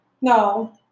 No